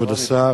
כבוד השר,